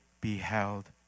beheld